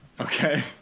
okay